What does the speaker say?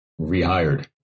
rehired